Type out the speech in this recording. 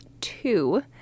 two